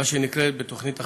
מה שנקרא תוכנית החלוקה.